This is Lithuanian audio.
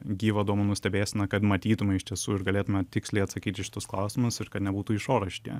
gyva duomenų stebėsena kad matytume iš tiesų ir galėtume tiksliai atsakyti į šitus klausimus ir kad nebūtų iš oro šitie